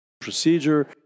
procedure